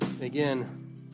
again